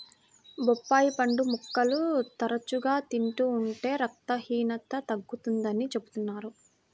బొప్పాయి పండు ముక్కలు తరచుగా తింటూ ఉంటే రక్తహీనత తగ్గుతుందని చెబుతున్నారు